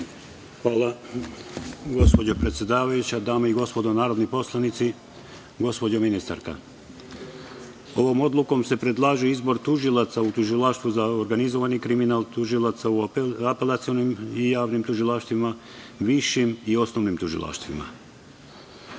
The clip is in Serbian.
Hvala, gospođo predsedavajuća. Dame i gospodo narodni poslanici, gospođo ministarka, ovom odlukom se predlaže izbor tužilaca u tužilaštvu za organizovani kriminal, tužilaca u apelacionim i javnim tužilaštvima, višim i osnovnim tužilaštvima. Ne